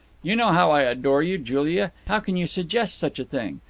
you know how i adore you, julia. how can you suggest such a thing?